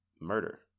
murder